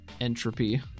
entropy